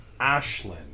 Ashlyn